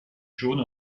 jaune